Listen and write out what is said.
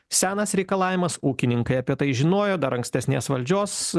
senas reikalavimas ūkininkai apie tai žinojo dar ankstesnės valdžios